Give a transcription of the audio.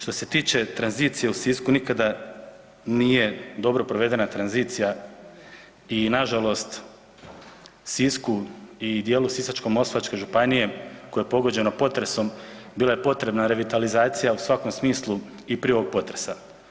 Što se tiče tranzicije u Sisku, nikada nije dobro provedena tranzicija i nažalost Sisku i djelu Sisačko-moslavačke županije koja je pogođena potresom, bila je potrebna revitalizacija u svakom smislu i prije ovog potresa.